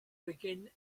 begin